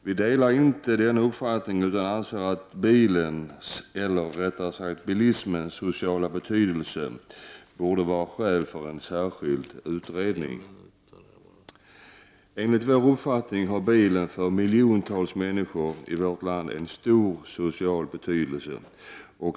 Vi delar inte den uppfattningen, utan vi anser att bilismens sociala betydelse borde vara skäl för en särskild utredning. Enligt vår uppfattning har bilen för miljontals människor i vårt land en stor social betydelse.